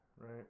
right